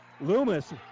Loomis